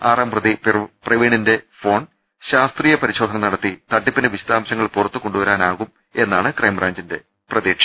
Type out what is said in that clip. ആറാം പ്രതി പ്രവീണിന്റെ ഫോൺ ശാസ്ത്രീയ പരിശോധന നടത്തി തട്ടി പ്പിന്റെ വിശദാംശങ്ങൾ പുറത്തുകൊണ്ടുവരാനാവും എന്നാണ് ക്രൈംബ്രാഞ്ചിന്റെ പ്രതീക്ഷ